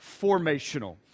formational